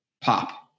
pop